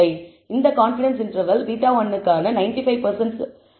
இந்த confidence interval β1 க்கான 95 சதவீத கான்பிடன்ஸ் இன்டர்வெல்லை குறிக்கிறது